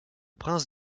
prince